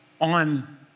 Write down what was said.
On